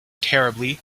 terribly